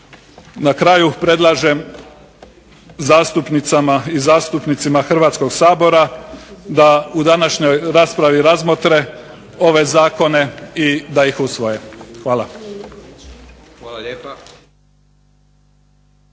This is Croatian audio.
Na kraju predlažem zastupnicama i zastupnicima Hrvatskog sabora da u današnjoj raspravi razmotre ove zakone i da ih usvoje. Hvala.